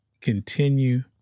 continue